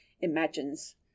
imagines